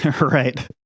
right